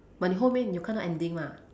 but 你后面你有看到 ending 吗